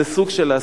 זה סוג,